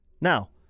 Now